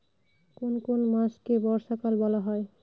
কোন কোন মাসকে বর্ষাকাল বলা হয়?